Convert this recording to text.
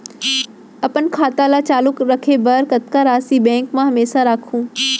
अपन खाता ल चालू रखे बर कतका राशि बैंक म हमेशा राखहूँ?